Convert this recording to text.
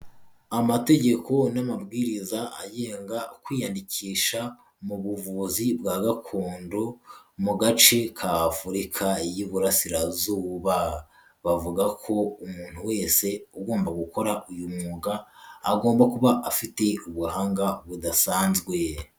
Amategeko n'amabwiriza agenga kwiyandikisha mu buvuzi bwa gakondo mu gace ka Afurika y'Iburasirazuba. bavuga ko umuntu wese ugomba gukora uyu mwuga agomba kuba afite ubuhanga budasanzwe.